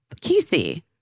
Casey